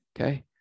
okay